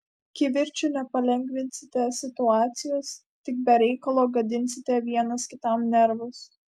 kivirču nepalengvinsite situacijos tik be reikalo gadinsite vienas kitam nervus